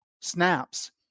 snaps